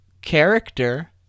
character